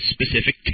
specific